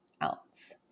else